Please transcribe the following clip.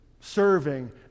serving